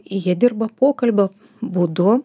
jie dirba pokalbio būdu